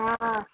हा हा